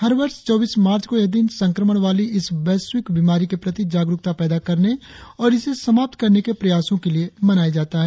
हर वर्ष चौबीस मार्च को यह दिन संक्रमण वाली इस वैश्विक बीमारी के प्रति जागरुकता पैदा करने और इसे समाप्त करने के प्रयासों के लिए मनाया जाता है